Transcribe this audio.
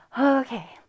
Okay